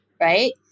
right